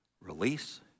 release